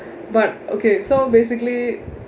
but okay so basically